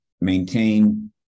maintain